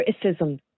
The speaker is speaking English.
criticism